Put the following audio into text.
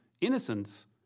innocence